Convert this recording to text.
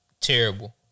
Terrible